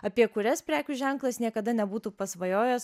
apie kurias prekių ženklas niekada nebūtų pasvajojęs